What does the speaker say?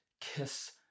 kiss